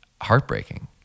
heartbreaking